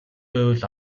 байвал